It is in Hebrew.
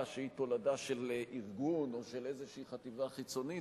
שהיא תולדה של ארגון או של איזו חטיבה חיצונית,